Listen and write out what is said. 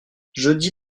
jeudi